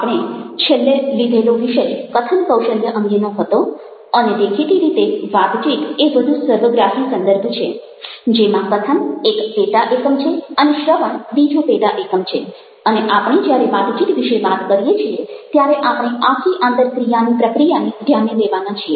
આપણે છેલ્લે લીધેલો વિષય કથન કૌશલ્ય અંગેનો હતો અને દેખીતી રીતે વાતચીત એ વધુ સર્વગ્રાહી સંદર્ભ છે જેમાં કથન એક પેટા એકમ છે અને શ્રવણ બીજો પેટા એકમ છે અને આપણે જ્યારે વાતચીત વિશે વાત કરીએ છીએ ત્યારે આપણે આખી આંતરક્રિયાની પ્રક્રિયાને ધ્યાને લેવાના છીએ